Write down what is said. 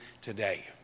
today